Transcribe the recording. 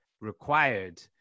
required